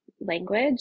language